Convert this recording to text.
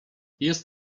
jest